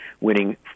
winning